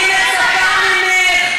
אני מצפה ממך,